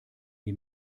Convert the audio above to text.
die